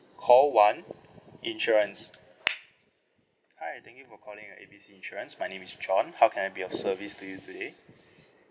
call one insurance hi thank you for calling our A B C insurance my name is john how can I be of service to you today